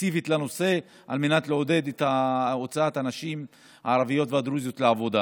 ספציפית לנושא על מנת לעודד את הוצאת הנשים הערביות והדרוזיות לעבודה.